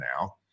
now